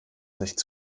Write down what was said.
sicht